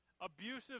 Abusive